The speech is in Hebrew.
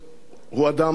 הוא אדם ראוי.